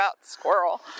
squirrel